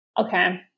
okay